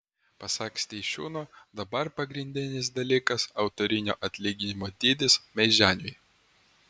pasak steišiūno dabar pagrindinis dalykas autorinio atlyginimo dydis meiženiui